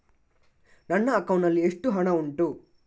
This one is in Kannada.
ನನ್ನ ಅಕೌಂಟ್ ನಲ್ಲಿ ಎಷ್ಟು ಹಣ ಉಂಟು?